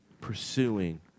pursuing